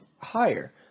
higher